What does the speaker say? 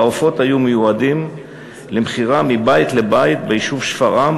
והעופות היו מיועדים למכירה מבית לבית ביישוב שפרעם,